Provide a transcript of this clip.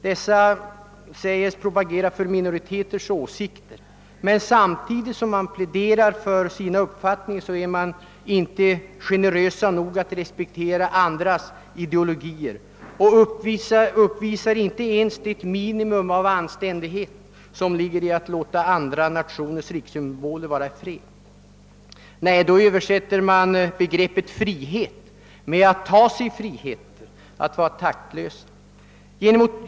Man säger sig propagera för minoriteters åsikter, men samtidigt som man pläderar för sin egen uppfattning är man inte generös nog att respektera andras ideologier och uppvisar inte ens det minimum av anständighet som ligger i att låta andra nationers rikssymboler vara i fred. Nej, då översätter man begreppet frihet med att ta sig friheter, att vara taktlös.